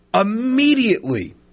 immediately